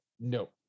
No